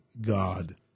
god